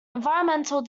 environmental